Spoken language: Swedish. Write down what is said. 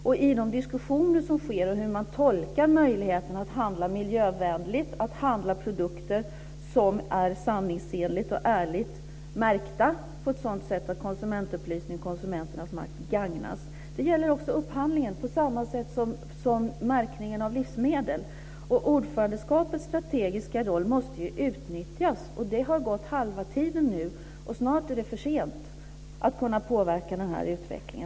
Det förs diskussioner om hur man tolkar möjligheten att handla miljövänligt och att handla produkter som är fullständigt och ärligt märkta på ett sådant sätt att konsumentupplysning och konsumenternas makt gagnas. Det gäller också upphandlingen, på samma sätt som märkningen av livsmedel. Ordförandeskapets strategiska roll måste ju utnyttjas. Nu har halva tiden gått. Snart är det för sent att kunna påverka den här utvecklingen.